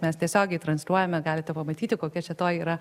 mes tiesiogiai transliuojame galite pamatyti kokia čia toji yra